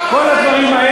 כל הדברים,